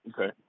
Okay